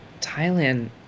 thailand